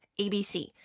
ABC